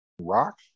rock